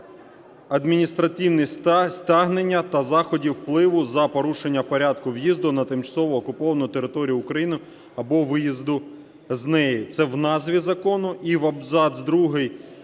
"адміністративні стягнення та заходи впливу за порушення порядку в'їзду на тимчасово окуповану територію України або виїзду з неї", це в назві закону. І абзац другий